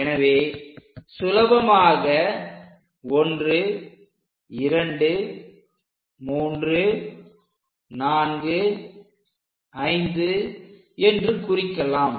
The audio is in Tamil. எனவே சுலபமாக 12345 என்று குறிக்கலாம்